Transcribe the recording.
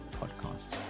podcast